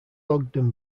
ogden